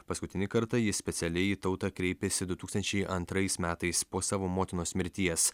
paskutinį kartą ji specialiai į tautą kreipėsi du tūkstančiai antrais metais po savo motinos mirties